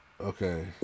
Okay